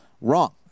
wrong